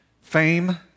fame